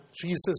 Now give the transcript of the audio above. Jesus